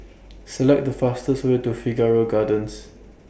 Select The fastest Way to Figaro Gardens